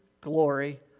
glory